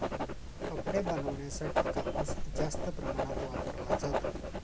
कपडे बनवण्यासाठी कापूस जास्त प्रमाणात वापरला जातो